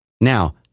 now